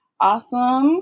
Awesome